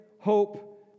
hope